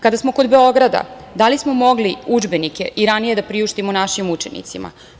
Kada smo kod Beograda, da li smo mogli udžbenike i ranije da priuštimo našim učenicima?